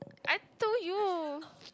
I told you